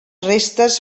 restes